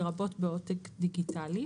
לרבות בעותק דיגיטלי.